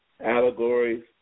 allegories